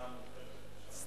בגין השעה המאוחרת, בבקשה.